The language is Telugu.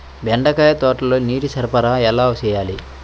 బెండకాయ తోటలో నీటి సరఫరా ఎలా చేయాలి?